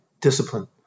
discipline